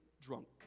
drunk